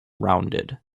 rounded